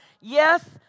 Yes